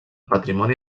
patrimoni